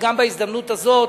בהזדמנות הזאת,